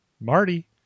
marty